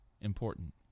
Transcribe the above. important